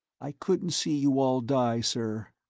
i couldn't see you all die, sir,